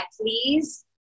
please